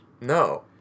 No